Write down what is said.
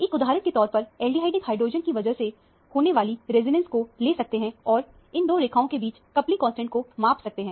एक उदाहरण के तौर पर एल्डिहाइडिक हाइड्रोजन की वजह से होने वाली रेजोनेंस को ले सकते हैं और इन दो रेखाओं के बीच में कपलिंग को माप सकते हैं